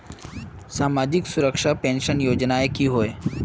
सामाजिक सुरक्षा पेंशन योजनाएँ की होय?